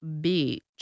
beach